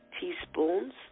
teaspoons